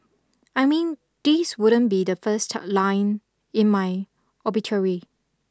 I mean this wouldn't be the first line in my obituary